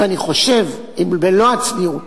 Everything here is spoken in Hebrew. ואני חושב, במלוא הצניעות,